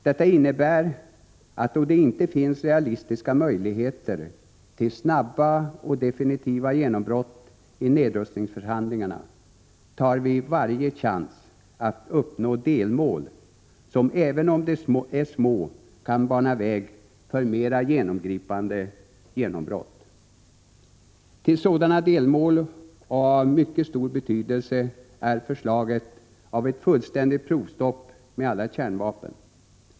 Detta innebär, att då det inte finns realistiska möjligheter till snabba och definitiva genombrott i nedrustningsförhandlingarna, tar vi varje chans att uppnå delmål, som, även om de är små, kan bana väg för mera genomgripande genombrott. Till sådana delmål hör förslaget, som är av mycket stor betydelse, om ett fullständigt stopp för prov med alla kärnvapen.